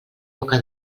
boca